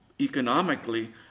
economically